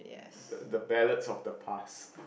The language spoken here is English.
the the ballads of the past